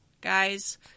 guys